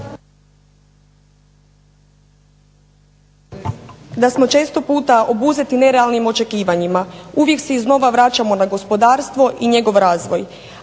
da smo često puta obuzeti nerealnim očekivanjima. Uvijek se iznova vraćamo na gospodarstvo i njegov razvoj,